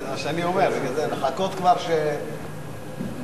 5391. חבר הכנסת ג'מאל